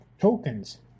tokens